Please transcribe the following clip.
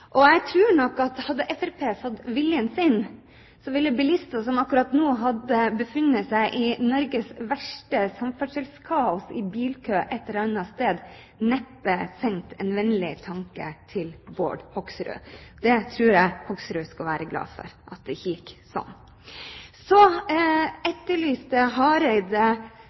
Jeg tror nok at hadde Fremskrittspartiet fått viljen sin, ville bilister som akkurat nå befinner seg, i Norges verste samferdselskaos, i bilkø ett eller annet sted, neppe sendt en vennlig tanke til Bård Hoksrud. Jeg tror Hoksrud skal være glad for at det ikke gikk slik. Så etterlyste Hareide